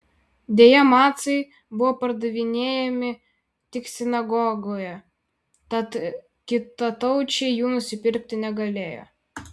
deja macai buvo pardavinėjami tik sinagogoje tad kitataučiai jų nusipirkti negalėjo